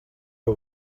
you